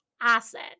asset